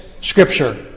scripture